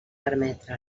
permetre